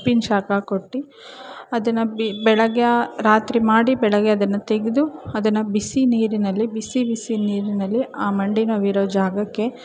ಉಪ್ಪಿನ ಶಾಖ ಕೊಟ್ಟು ಅದನ್ನು ಬಿ ಬೆಳಗ್ಗೆ ರಾತ್ರಿ ಮಾಡಿ ಬೆಳಗ್ಗೆ ಅದನ್ನು ತೆಗೆದು ಅದನ್ನು ಬಿಸಿ ನೀರಿನಲ್ಲಿ ಬಿಸಿ ಬಿಸಿ ನೀರಿನಲ್ಲಿ ಆ ಮಂಡಿ ನೋವು ಇರೋ ಜಾಗಕ್ಕೆ